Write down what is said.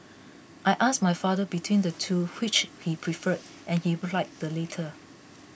I asked my father between the two which he preferred and he replied the latter